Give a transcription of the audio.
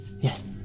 Yes